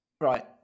Right